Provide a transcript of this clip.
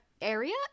area